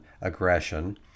aggression